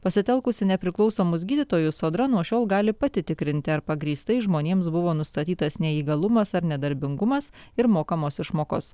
pasitelkusi nepriklausomus gydytojus sodra nuo šiol gali pati tikrinti ar pagrįstai žmonėms buvo nustatytas neįgalumas ar nedarbingumas ir mokamos išmokos